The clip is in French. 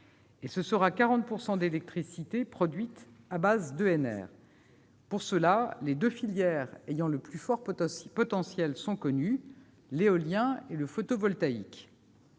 outre, 40 % de l'électricité sera produite à base d'ENR. À ce titre, les deux filières ayant le plus fort potentiel sont connues : l'éolien et le photovoltaïque.